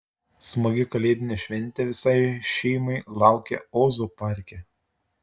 smagi kalėdinė šventė visai šeimai laukia ozo parke